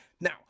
Now